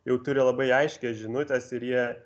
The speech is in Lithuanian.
jau turi labai aiškias žinutes ir jie